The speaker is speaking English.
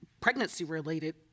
pregnancy-related